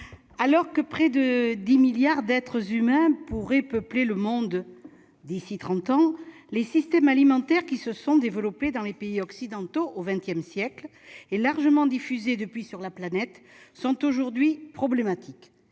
alors que près de 10 milliards d'êtres humains pourraient peupler le monde d'ici à trente ans, les systèmes alimentaires qui se sont développés dans les pays occidentaux au XX siècle, et largement diffusés depuis sur la planète, sont aujourd'hui problématiques.